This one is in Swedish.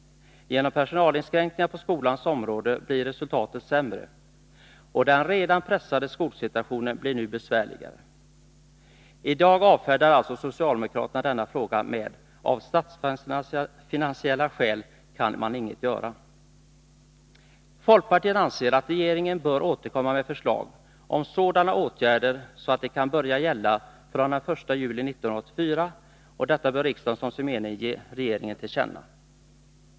Genom personalinskränkningar på skolans område blir resultaten sämre, och den redan pressade skolsituationen blir än besvärligare.” I dag avfärdar alltså socialdemokraterna denna fråga med att av statsfinansiella skäl kan man inget göra. Folkpartiet anser att regeringen bör återkomma med förslag om sådana åtgärder så att de kan börja gälla från den 1 juli 1984. Detta bör riksdagen som sin mening ge regeringen till känna.